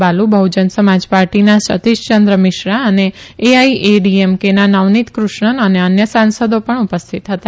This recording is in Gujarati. બાલુ બફજન સમાજ પાર્ટીના સતીષયંદ્ર મિશ્રા અને એઆઇએડીએમકેના નવનીત કૃષ્ણન અને અન્ય સાંસદો પણ ઉપસ્થિત હતા